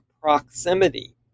proximity